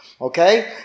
Okay